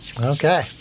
Okay